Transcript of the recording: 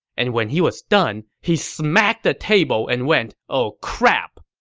and when he was done, he smacked the table and went oh crap!